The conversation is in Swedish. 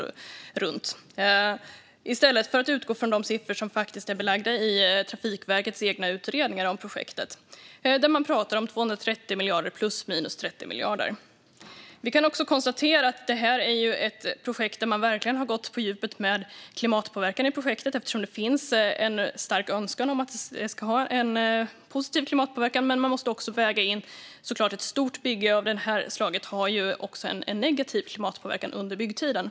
De har inte utgått från de siffror som är belagda i Trafikverkets egna utredningar om projektet. Där pratar man om 230 miljarder, plus minus 30 miljarder. Det är ett projekt där man verkligen har gått på djupet med projektets klimatpåverkan, eftersom det finns en stark önskan om att det ska ha positiv klimatpåverkan. Men det måste såklart också vägas in att ett stort bygge av det här slaget har en negativ klimatpåverkan under byggtiden.